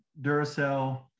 Duracell